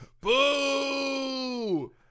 boo